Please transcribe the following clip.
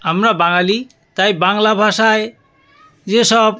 আমরা বাঙালি তাই বাংলা ভাষায় যেসব